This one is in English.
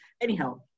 Anyhow